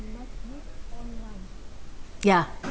yeah